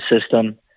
system